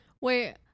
Wait